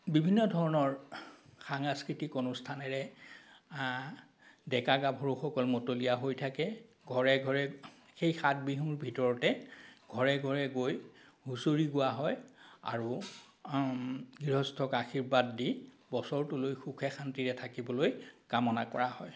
বিভিন্ন ধৰণৰ সাংস্কৃতিক অনুষ্ঠানেৰে ডেকা গাভৰুসকল মতলীয়া হৈ থাকে ঘৰে ঘৰে সেই সাত বিহুৰ ভিতৰতে ঘৰে ঘৰে গৈ হুঁচৰি গোৱা হয় আৰু গৃহস্থক আশীৰ্বাদ দি বছৰটোলৈ সুখে শান্তিৰে থাকিবলৈ কামনা কৰা হয়